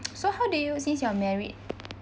so how do you since you are married